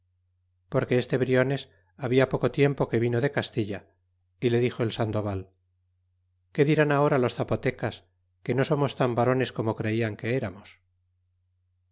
porque este briones habla poco tiempo que vino de castilla y le dixo el sandoval que dirán ahora los zapotecas que no somos tan varones como creian que amos